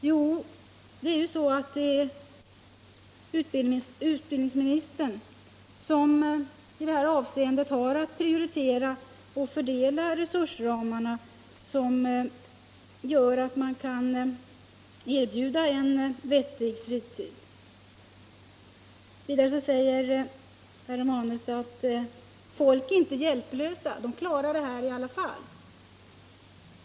Jo, det är ju så att det är utbildningsministern som i detta avseende har att prioritera och fördela resursramarna så att man kan erbjuda människorna en vettig fritid. Vidare säger herr Romanus att folk inte är hjälplösa utan klarar det här i alla fall.